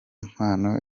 mpano